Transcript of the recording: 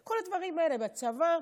כל הדברים האלה, הצבא.